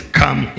come